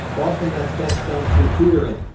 often, that's best done through tutoring.